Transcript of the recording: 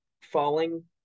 falling